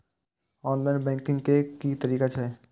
Online banking के की तरीका छै?